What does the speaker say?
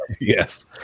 yes